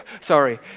Sorry